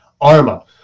Arma